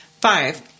Five